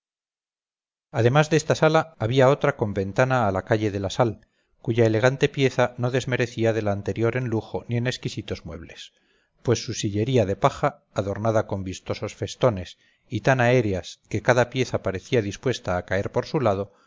además de esta sala había otra con ventana a lacalle de la sal cuya elegante pieza no desmerecía de la anterior en lujo ni en exquisitos muebles pues su sillería de paja adornada con vistosos festones y tan aéreas que cada pieza parecía dispuesta a caer por su lado